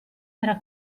era